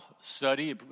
study